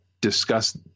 discuss